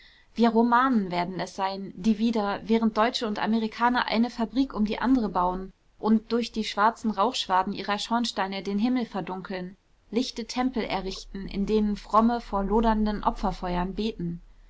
wir romanen werden es sein die wieder während deutsche und amerikaner eine fabrik um die andere bauen und durch die schwarzen rauchschwaden ihrer schornsteine den himmel verdunkeln lichte tempel errichten in denen fromme vor lodernden opferfeuern beten